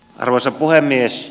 arvoisa puhemies